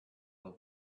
will